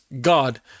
God